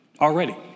already